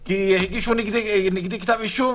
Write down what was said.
כי הגישו נגדי כתב אישום